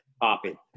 poppy